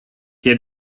che